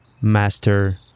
master